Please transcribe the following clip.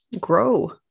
grow